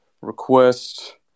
request